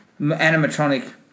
animatronic